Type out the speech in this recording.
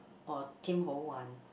or Tim-Ho-Wan